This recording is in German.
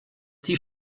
die